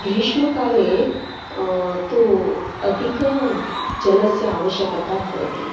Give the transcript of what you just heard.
ग्रीष्मकाले तु अधिकजलस्य आवश्यकता भवति